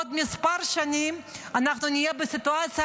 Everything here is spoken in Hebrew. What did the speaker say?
בעוד כמה שנים אנחנו נהיה בסיטואציה